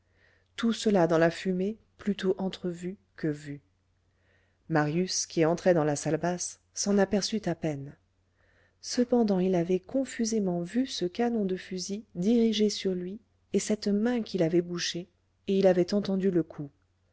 tout cela dans la fumée plutôt entrevu que vu marius qui entrait dans la salle basse s'en aperçut à peine cependant il avait confusément vu ce canon de fusil dirigé sur lui et cette main qui l'avait bouché et il avait entendu le coup